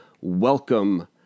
welcome